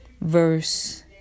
Verse